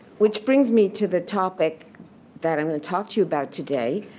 which brings me to the topic that i'm going to talk to you about today.